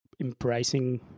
embracing